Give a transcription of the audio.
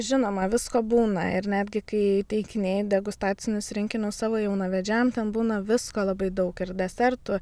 žinoma visko būna ir netgi kai įteikinėji degustacinius rinkinius savo jaunavedžiam ten būna visko labai daug ir desertų